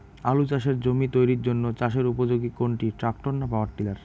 আলু চাষের জমি তৈরির জন্য চাষের উপযোগী কোনটি ট্রাক্টর না পাওয়ার টিলার?